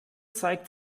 zeigt